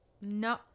No